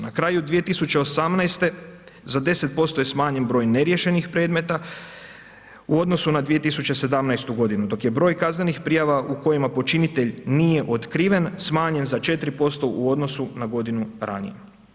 Na kraju 2018. za 10% je smanjen broj neriješenih predmeta u odnosu na 2017. godinu dok je broj kaznenih prijava u kojima počinitelj nije otkriven, smanjen za 4% u odnosu na godinu ranije.